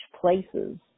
places